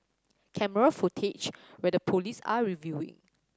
camera footage where the police are reviewing